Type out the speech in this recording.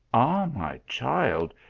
ah, my child,